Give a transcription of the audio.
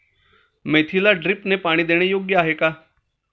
मेथीला ड्रिपने पाणी देणे योग्य आहे का?